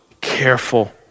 careful